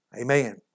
Amen